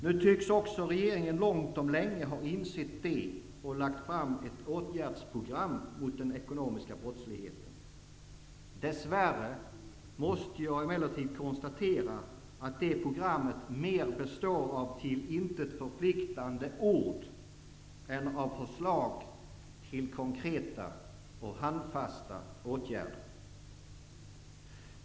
Nu tycks också regeringen långt om länge ha insett detta och har lagt fram ett åtgärdsprogram mot den ekonomiska brottsligheten. Dess värre måste jag emellertid konstatera att detta program mer består av till intet förpliktande ord än av förslag till konkreta och handfasta åtgärder.